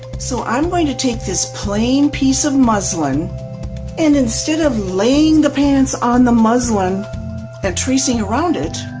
so i'm going to take this plain piece of muslin and instead of laying the pants on the muslin and tracing around it,